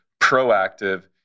proactive